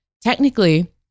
technically